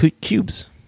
cubes